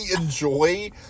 enjoy